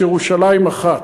יש ירושלים אחת.